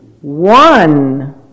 One